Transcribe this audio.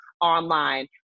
online